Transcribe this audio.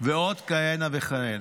ועוד כהנה וכהנה.